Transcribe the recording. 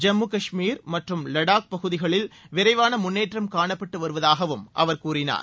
ஜம்மு காஷ்மீர் மற்றும் லடாக் பகுதிகளில் விரைவான முன்னேற்றம் காணப்பட்டு வருவதாகவும் அவர் கூறினார்